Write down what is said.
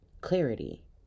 clarity